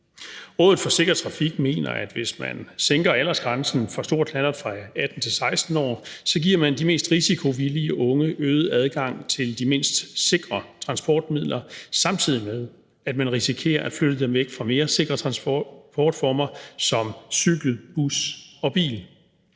Rådet for Sikker Trafik mener, at hvis man sænker aldersgrænsen for stor knallert fra 18 til 16 år, giver man de mest risikovillige unge øget adgang til de mindst sikre transportmidler, samtidig med at man risikerer at flytte dem væk fra mere sikre transportformer som cykel, bus og bil.